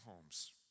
homes